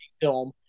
film